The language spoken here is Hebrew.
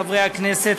חברי הכנסת,